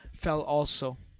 fell also.